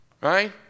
right